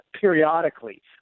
periodically